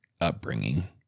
upbringing